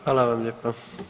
Hvala vam lijepa.